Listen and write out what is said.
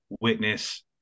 witness